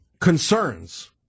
concerns